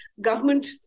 government